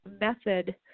method